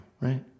right